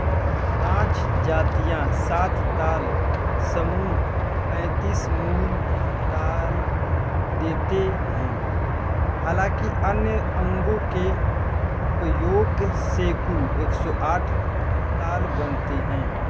पाँच जातियाँ सात ताल समूह पैंतीस मूल ताल देते हैं हालाँकि अन्य अंगों के उपयोग से कुल एक सौ आठ ताल बनते हैं